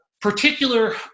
Particular